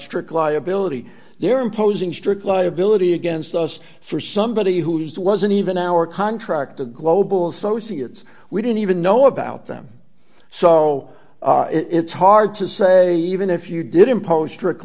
strict liability they're imposing strict liability against us for somebody who's wasn't even our contractor global associates we didn't even know about them so it's hard to say even if you did impose strict